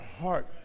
heart